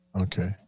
Okay